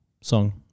song